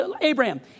Abraham